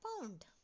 pound